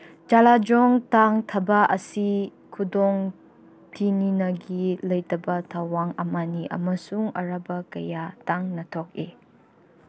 ꯆꯂꯥꯖꯣꯡ ꯇꯥꯡ ꯊꯥꯕ ꯑꯁꯤ ꯈꯨꯗꯣꯡ ꯊꯤꯅꯤꯉꯥꯏ ꯂꯩꯇꯕ ꯊꯧꯋꯣꯡ ꯑꯃꯅꯤ ꯑꯃꯁꯨꯡ ꯑꯔꯨꯕ ꯀꯌꯥ ꯇꯥꯡꯅ ꯊꯣꯛꯏ